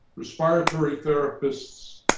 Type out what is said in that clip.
respiratory therapists,